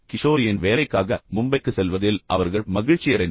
கிஷோரியின் வேலைக்காக மும்பைக்குச் செல்வதில் அவர்கள் மகிழ்ச்சியடைந்தனர்